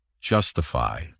justify